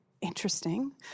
interesting